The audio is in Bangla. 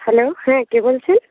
হ্যালো হ্যাঁ কে বলছেন